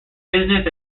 business